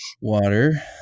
water